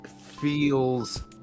feels